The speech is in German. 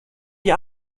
die